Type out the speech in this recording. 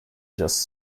just